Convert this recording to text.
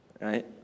right